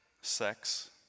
sex